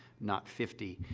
not fifty